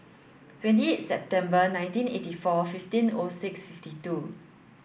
twenty eight September nineteen eighty four fifteen O six fifty two